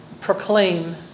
proclaim